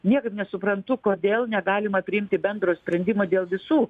niekaip nesuprantu kodėl negalima priimti bendro sprendimo dėl visų